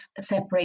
separate